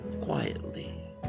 quietly